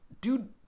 dude